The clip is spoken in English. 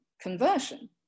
conversion